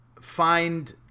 find